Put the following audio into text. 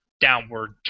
downward